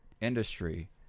industry